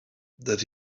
that